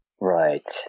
Right